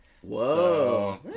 Whoa